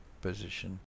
position